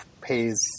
pays